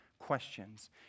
questions